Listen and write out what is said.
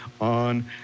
on